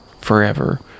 Forever